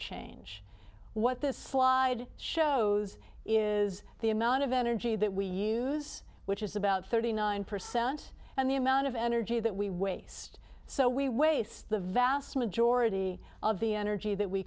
change what this slide shows is the amount of energy that we use which is about thirty nine percent and the amount of energy that we waste so we waste the vast majority of the energy that we